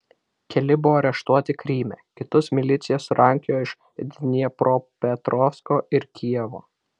keli buvo areštuoti kryme kitus milicija surankiojo iš dniepropetrovsko ir kijevo